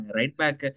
right-back